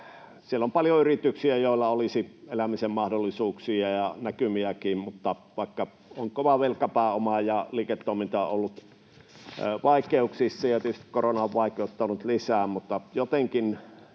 Siellä on paljon yrityksiä, joilla olisi elämisen mahdollisuuksia ja näkymiäkin, mutta vaikka on kova velkapääoma ja liiketoiminta on ollut vaikeuksissa — ja tietysti korona on vaikeuttanut lisää — niin jotenkin